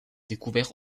découverts